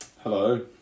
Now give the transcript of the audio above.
Hello